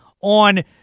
on